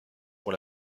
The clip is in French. pour